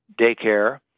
daycare